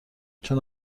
چون